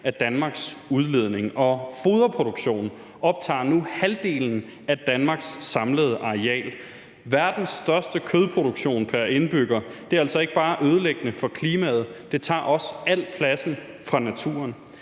af Danmarks udledning, og at foderproduktionen nu optager halvdelen af Danmarks samlede areal. Verdens største kødproduktion pr. indbygger er altså ikke bare ødelæggende for klimaet, det tager også al pladsen fra naturen.